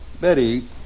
Betty